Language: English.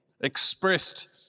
expressed